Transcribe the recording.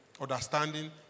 understanding